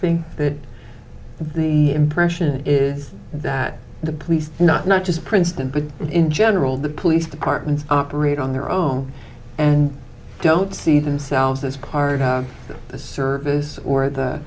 think that impression is that the police not not just princeton but in general the police department operate on their own and don't see themselves as part of this service or